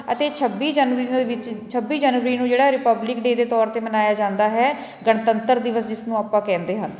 ਅਤੇ ਛੱਬੀ ਜਨਵਰੀ ਦੇ ਵਿੱਚ ਛੱਬੀ ਜਨਵਰੀ ਨੂੰ ਜਿਹੜਾ ਰਿਪਬਲਿਕ ਡੇ ਦੇ ਤੌਰ 'ਤੇ ਮਨਾਇਆ ਜਾਂਦਾ ਹੈ ਗਣਤੰਤਰ ਦਿਵਸ ਜਿਸ ਨੂੰ ਆਪਾਂ ਕਹਿੰਦੇ ਹਨ